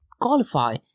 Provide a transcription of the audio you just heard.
qualify